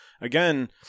again –